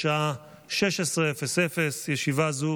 התקבלה בקריאה השנייה והשלישית,